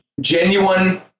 genuine